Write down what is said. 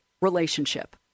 relationship—